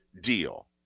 deal